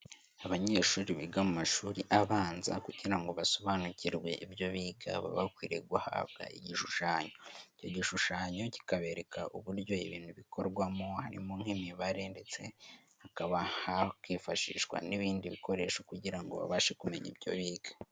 Abanyeshuri biga mu mashuri abanza kugira ngo basobanukirwe ibyo biga bakwiriye guhabwa igishushanyo, icyo gishushanyo kikabereka uburyo ibintu bikorwamo, harimo nk'imibare ndetse hakaba hakifashishwa n'ibindi bikoresho kugira ngo babashe kumenya ibyo biga.